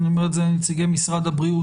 ואני אומר את זה לנציגי משרד הבריאות,